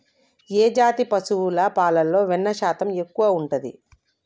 ఏ జాతి పశువుల పాలలో వెన్నె శాతం ఎక్కువ ఉంటది?